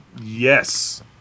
Yes